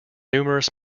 numerous